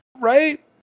right